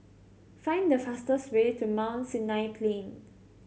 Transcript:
find the fastest way to Mount Sinai Plain